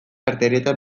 arterietan